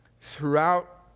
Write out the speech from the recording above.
throughout